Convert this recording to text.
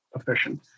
efficient